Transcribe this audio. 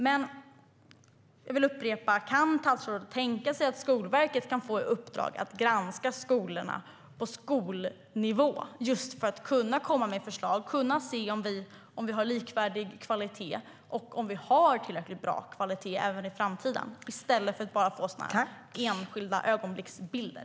Men jag vill upprepa: Kan statsrådet tänka sig att Skolverket kan få i uppdrag att granska skolorna på skolnivå just för att kunna komma med förslag och se om vi har likvärdig kvalitet och om vi har tillräckligt bra kvalitet även i framtiden i stället för att vi bara får enskilda ögonblicksbilder?